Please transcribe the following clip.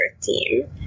team